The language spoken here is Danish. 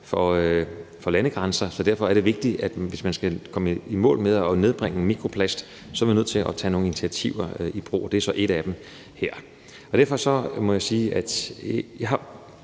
for landegrænser. Så derfor er det vigtigt og nødvendigt, hvis man skal komme i mål med at nedbringe mikroplast, at tage nogle initiativer, og det er så ét af dem. Derfor må jeg sige, at jeg